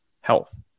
health